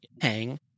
hang